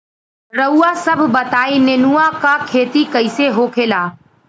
रउआ सभ बताई नेनुआ क खेती कईसे होखेला?